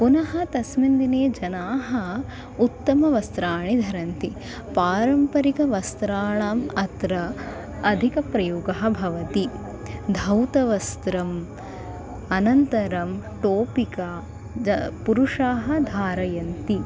पुनः तस्मिन् दिने जनाः उत्तमवस्त्राणि धरन्ति पारम्परिकवस्त्राणाम् अत्र अधिकप्रयोगः भवति धौतवस्त्रम् अनन्तरं टोपिका च पुरुषाः धारयन्ति